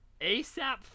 ASAP